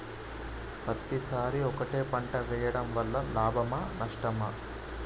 పత్తి సరి ఒకటే పంట ని వేయడం వలన లాభమా నష్టమా?